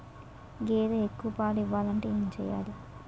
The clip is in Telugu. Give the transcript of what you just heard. గేదె ఎక్కువ పాలు ఇవ్వాలంటే ఏంటి చెయాలి?